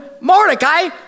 Mordecai